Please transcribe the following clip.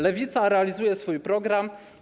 Lewica realizuje swój program.